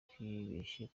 twibeshye